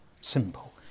Simple